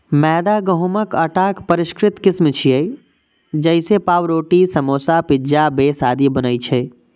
मैदा गहूंमक आटाक परिष्कृत किस्म छियै, जइसे पावरोटी, समोसा, पिज्जा बेस आदि बनै छै